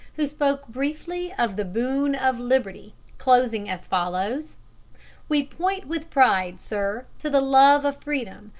who spoke briefly of the boon of liberty, closing as follows we point with pride, sir, to the love of freedom,